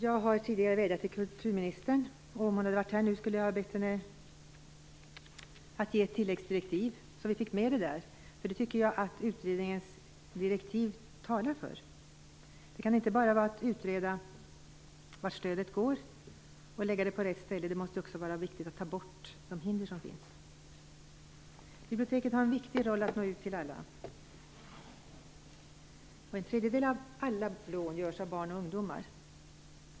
Jag har tidigare vädjat till kulturministern, och om hon hade varit här nu skulle jag ha bett henne att ge tilläggsdirektiv, så att vi fick med detta. Det tycker jag att utredningens direktiv talar för. Det kan inte bara vara att utreda vart stödet går och lägga det på rätt ställe, det måste också vara viktigt att ta bort de hinder som finns. Biblioteket har en viktig roll, att nå ut till alla. En tredjedel av alla lån görs av barn och ungdomar.